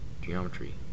geometry